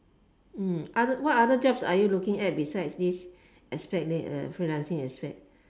mm other what other jobs are you looking at beside this aspect freelancing aspect